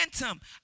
momentum